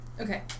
Okay